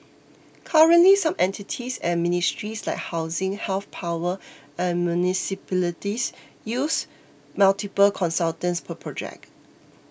currently some entities and ministries like housing health power and municipalities use multiple consultants per project